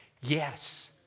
Yes